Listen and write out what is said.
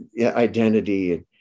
identity